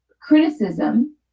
criticism